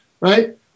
right